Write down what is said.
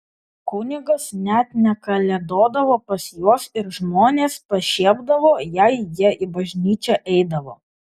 kunigas net nekalėdodavo pas juos ir žmonės pašiepdavo jei jie į bažnyčią eidavo